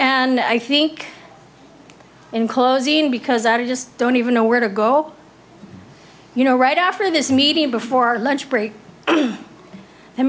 and i think in closing because i just don't even know where to go you know right after this meeting before lunch break the